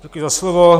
Děkuji za slovo.